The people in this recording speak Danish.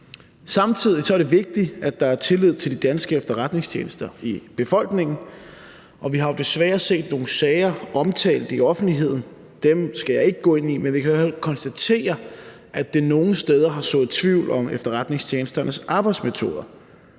Samtidig er det vigtigt, at der er tillid til de danske efterretningstjenester i befolkningen, og vi har jo desværre set nogle sager omtalt i offentligheden. Dem skal jeg ikke gå ind i, men vi kan i hvert fald konstatere, at det nogle steder har sået tvivl om efterretningstjenesternes arbejdsmetoder.